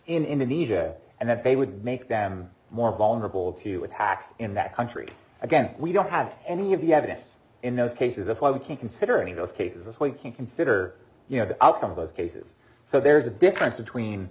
in indonesia and that they would make them more vulnerable to attacks in that country again we don't have any of you have it in those cases that's why we can't consider any of those cases as we can consider you know the outcome of those cases so there's a difference between